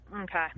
Okay